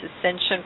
ascension